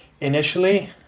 initially